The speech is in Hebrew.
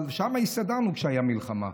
אבל שם הסתדרנו כשהייתה מלחמה.